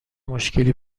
مشکلی